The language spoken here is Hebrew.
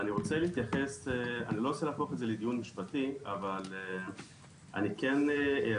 אני לא רוצה להפוך את זה לדיון משפטי אבל אני כן ארצה